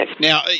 Now